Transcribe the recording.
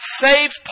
saved